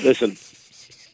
Listen